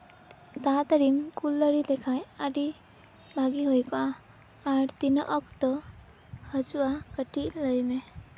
ᱛᱟᱲᱟᱛᱟᱹᱲᱤᱢ ᱠᱩᱞ ᱫᱟᱲᱮᱣᱟᱞᱮ ᱠᱷᱟᱱ ᱟᱹᱰᱤ ᱵᱷᱟᱜᱮ ᱦᱩᱭ ᱠᱚᱜᱼᱟ ᱟᱨ ᱛᱤᱱᱟᱹᱜ ᱚᱠᱛᱚ ᱦᱤᱡᱩᱜᱼᱟ ᱠᱟᱹᱴᱤᱡ ᱞᱟᱹᱭ ᱢᱮ